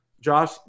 Josh